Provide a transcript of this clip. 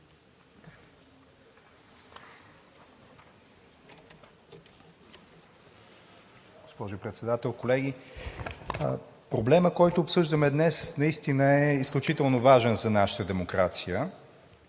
Председател, колеги! Проблемът, който обсъждаме днес, наистина е изключително важен за нашата демокрация,